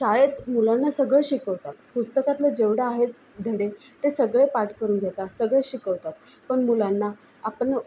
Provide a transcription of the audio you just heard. शाळेत मुलांना सगळं शिकवतात पुस्तकातलं जेवढं आहेत धडे ते सगळे पाठ करून घेतात सगळे शिकवतात पण मुलांना आपण